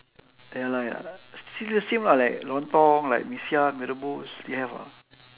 ya lah ya lah still the same lah like lontong like mee siam mee rubus still have ah